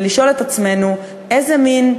ולשאול את עצמנו איזה מין,